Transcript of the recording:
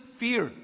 fear